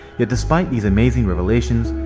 yet despite these amazing revelations,